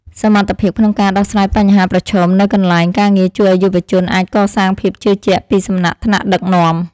សមត្ថភាពក្នុងការដោះស្រាយបញ្ហាប្រឈមនៅកន្លែងការងារជួយឱ្យយុវជនអាចកសាងភាពជឿជាក់ពីសំណាក់ថ្នាក់ដឹកនាំ។